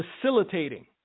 facilitating